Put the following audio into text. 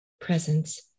presence